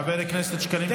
חבר הכנסת שקלים, תודה רבה.